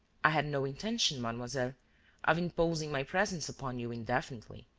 i had no intention, mademoiselle, of imposing my presence upon you indefinitely,